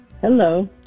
Hello